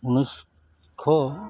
ঊনৈছশ